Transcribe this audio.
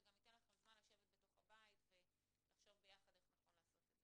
זה גם ייתן לכם זמן בתוך הבית לשבת ולחשוב ביחד איך נכון לעשות את זה.